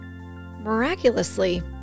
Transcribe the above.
Miraculously